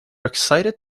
excited